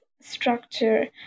structure